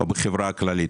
בחברה הכללית.